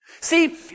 See